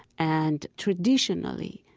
and traditionally,